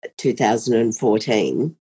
2014